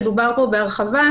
שדובר פה בהרחבה,